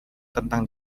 tentang